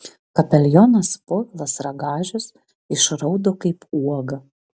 kapelionas povilas ragažius išraudo kaip uoga